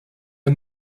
der